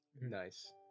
Nice